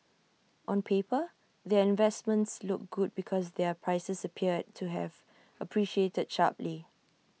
on paper their investments look good because their prices appeared to have appreciated sharply